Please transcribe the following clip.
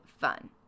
fun